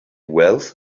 wealth